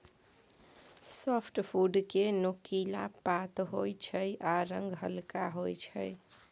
softwood केँ नोकीला पात होइ छै आ रंग हल्का होइ छै